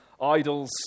idols